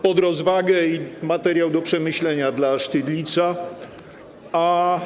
Pod rozwagę i materiał do przemyślenia dla Stirlitza.